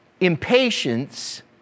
Impatience